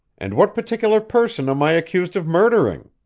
and what particular person am i accused of murdering?